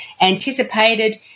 anticipated